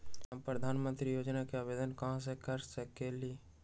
हम प्रधानमंत्री योजना के आवेदन कहा से कर सकेली?